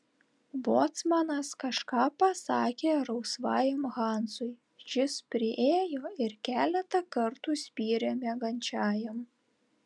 bocmanas kažką pasakė rausvajam hansui šis priėjo ir keletą kartų spyrė miegančiajam